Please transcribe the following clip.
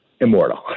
immortal